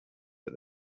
but